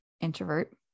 introvert